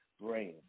brain